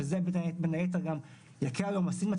וזה בין היתר גם יקל על עומסים.